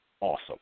awesome